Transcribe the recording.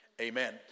amen